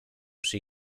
przy